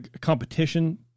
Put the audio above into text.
competition